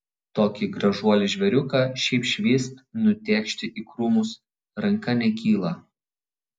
tokį gražuolį žvėriuką šiaip švyst nutėkšti į krūmus ranka nekyla